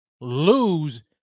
lose